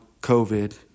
COVID